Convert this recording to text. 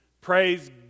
Praise